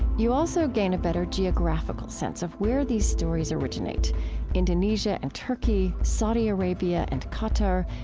you also gain a better geographical sense of where these stories originate indonesia and turkey, saudi arabia and qatar,